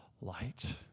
light